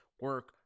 Work